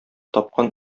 тапкан